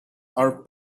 are